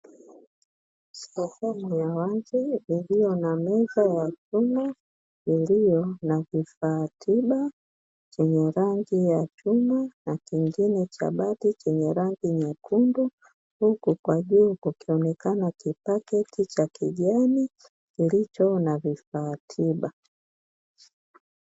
Sehemu ya wazi iliyo na meza ya chuma, iliyo na vifaa tiba na kingine cha bati chenye rangi nyekundu huku kwa juu kukionekana ki paketi cha kijani kilicho na vifaa tiba.